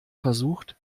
versucht